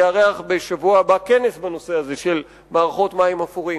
יארח בשבוע הבא כנס בנושא הזה של מערכות מים אפורים,